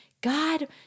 God